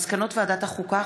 מסקנות ועדת החוקה,